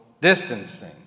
distancing